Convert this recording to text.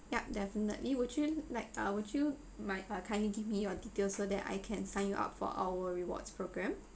yup definitely would you like uh would you might ah kind of give me your details so that I can sign you up for our rewards program